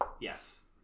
Yes